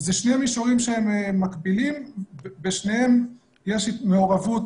זה שני מישורים מקבילים ובשניהם יש מעורבות